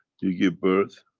do you give birth